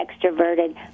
extroverted